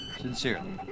sincerely